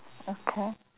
okay